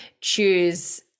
choose